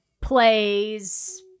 plays